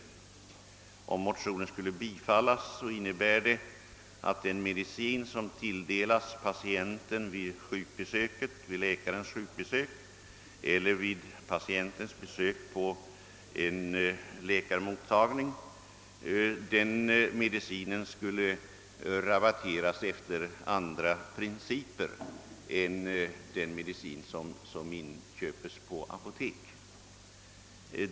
Ett bifall till motionen skulle innebära att den medicin som tilldelas patienten vid läkarens sjukbesök eller vid patientens besök på en läkarmottagning skulle rabatteras efter andra principer än den medicin som inköps på apotek.